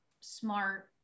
smart